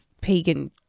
pagan